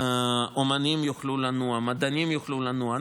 האומנים יוכלו לנוע, המדענים יוכלו לנוע.